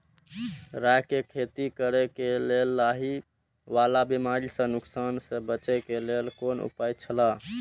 राय के खेती करे के लेल लाहि वाला बिमारी स नुकसान स बचे के लेल कोन उपाय छला?